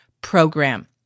program